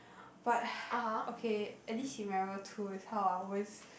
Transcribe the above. but okay at least he remember two is how I always